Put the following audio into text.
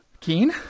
Keen